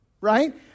right